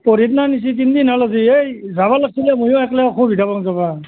পৰহি দিনা নিছে তিনিদিন হ'ল আজি এই যাব লাগিছিলে ময়ো অকলে অসুবিধা পাওঁ যাব